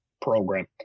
program